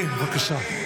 אדוני היושב-ראש,